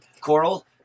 Coral